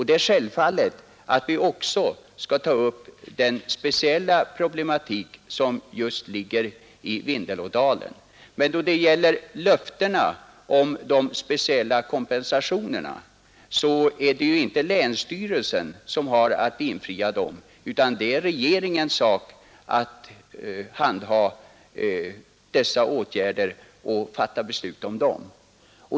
Det är självfallet att vi också skall ta upp den speciella problematik som finns i just Vindelådalen. Men det är inte länsstyrelsen som har att infria löftena om de särskilda kompensationerna, utan det är regeringens sak att fatta beslut om dessa ätgärder.